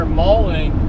mauling